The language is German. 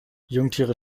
jungtiere